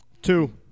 Two